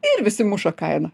ir visi muša kainą